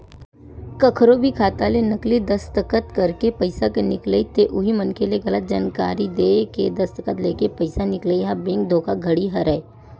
कखरो भी खाता ले नकली दस्कत करके पइसा के निकलई ते उही मनखे ले गलत जानकारी देय के दस्कत लेके पइसा निकलई ह बेंक धोखाघड़ी हरय